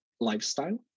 lifestyle